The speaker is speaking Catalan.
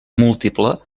múltiple